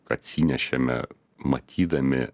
atsinešėme matydami